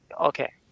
okay